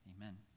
amen